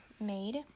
made